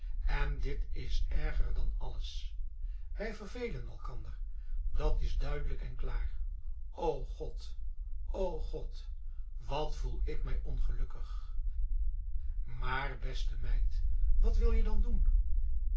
en dit is erger dan alles wij vervelen elkander dat is duidelijk en klaar o god o god wat voel ik mij ongelukkig maar beste meid wat wil je dan doen